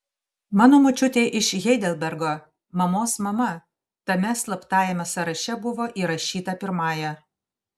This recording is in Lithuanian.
mano močiutė iš heidelbergo mamos mama tame slaptajame sąraše buvo įrašyta pirmąja